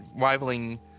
rivaling